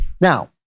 Now